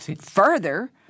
Further